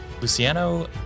Luciano